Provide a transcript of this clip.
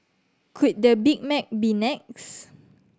could the Big Mac be next